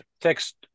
text